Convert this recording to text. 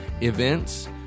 events